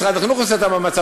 או משרד החינוך עושה את המאמץ,